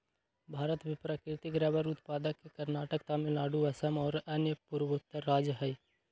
भारत में प्राकृतिक रबर उत्पादक के कर्नाटक, तमिलनाडु, असम और अन्य पूर्वोत्तर राज्य हई